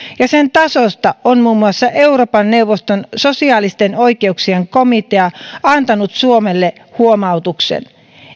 ja sen tasosta on muun muassa euroopan neuvoston sosiaalisten oikeuksien komitea antanut suomelle huomautuksen